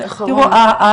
תראו,